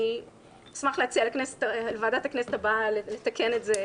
אשמח להציע לוועדת הכנסת הבאה לתקן את זה,